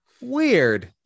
Weird